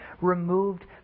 removed